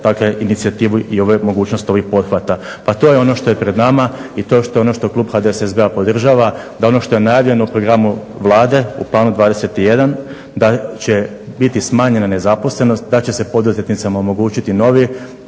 inicijativu i mogućnost ovih pothvata. Pa to je ono što je pred nama i to je ono što klub HDSSB-a podržava. Da ono što je najavljeno u programu Vlade u Planu 21 da će biti smanjena nezaposlenost, da će se poduzetnicima omogućiti nove